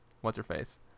What's-Her-Face